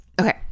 Okay